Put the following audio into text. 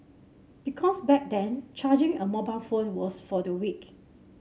because back then charging a mobile phone was for the weak